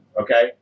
okay